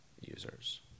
users